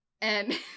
and-